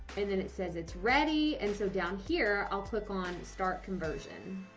and then it says it's ready. and so down here. i'll click on start conversion